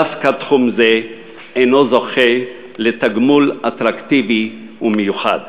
דווקא תחום זה אינו זוכה לתגמול אטרקטיבי ומיוחד.